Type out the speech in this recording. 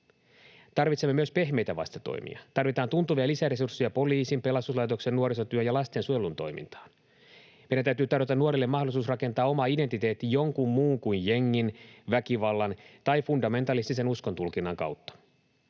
Tarvitsemme myös pehmeitä vastatoimia. Tarvitaan tuntuvia lisäresursseja poliisin, pelastuslaitoksen, nuorisotyön ja lastensuojelun toimintaan. Meidän täytyy tarjota nuorille mahdollisuus rakentaa oma identiteetti jonkun muun kuin jengin, väkivallan tai fundamentalistisen uskontulkinnan kautta.